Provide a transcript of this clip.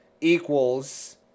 equals